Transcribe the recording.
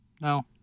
No